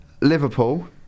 Liverpool